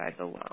alone